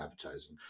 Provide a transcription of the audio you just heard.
advertising